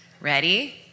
Ready